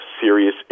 serious